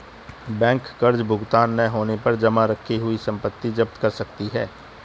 bank कर्ज भुगतान न होने पर जमा रखी हुई संपत्ति जप्त कर सकती है